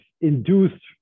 induced